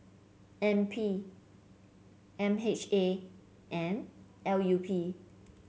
N P M H A and L U P